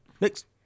Next